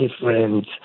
different